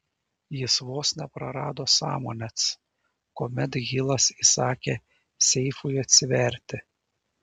jis vos neprarado sąmonės kuomet hilas įsakė seifui atsiverti